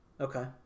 Okay